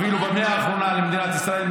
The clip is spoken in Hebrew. אפילו במאה האחרונה למדינת ישראל,